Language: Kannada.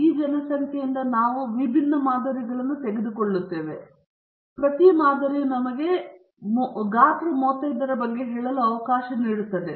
ಈ ಜನಸಂಖ್ಯೆಯಿಂದ ನಾವು ವಿಭಿನ್ನ ಮಾದರಿಗಳನ್ನು ತೆಗೆದುಕೊಳ್ಳುತ್ತೇವೆ ಮತ್ತು ಪ್ರತಿ ಮಾದರಿಯು ನಮಗೆ ಗಾತ್ರ 35 ರ ಬಗ್ಗೆ ಹೇಳಲು ಅವಕಾಶ ನೀಡುತ್ತದೆ